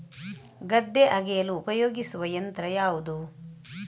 ಗದ್ದೆ ಅಗೆಯಲು ಉಪಯೋಗಿಸುವ ಯಂತ್ರ ಯಾವುದು?